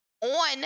on